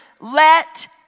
let